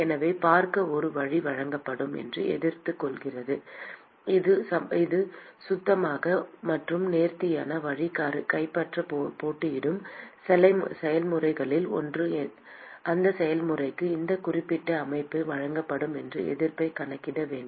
எனவே பார்க்க ஒரு வழி வழங்கப்படும் என்று எதிர்ப்பு உள்ளது ஒரு சுத்தமான மற்றும் நேர்த்தியான வழி கைப்பற்ற போட்டியிடும் செயல்முறைகளில் ஒன்று அந்த செயல்முறைக்கு அந்த குறிப்பிட்ட அமைப்பு வழங்கப்படும் என்று எதிர்ப்பை கணக்கிட வேண்டும்